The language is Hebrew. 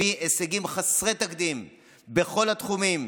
הביא הישגים חסרי תקדים בכל התחומים,